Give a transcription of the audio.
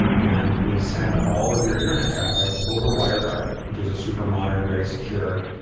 and we send all of your internet traffic over wireguard, which is a super modern, very secure,